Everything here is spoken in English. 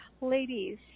ladies